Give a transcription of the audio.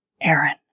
Aaron